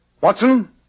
Watson